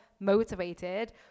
motivated